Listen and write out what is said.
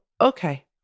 okay